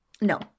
No